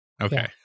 Okay